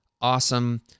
awesome